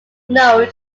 note